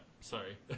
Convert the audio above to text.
Sorry